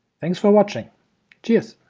thanks for watching cheers!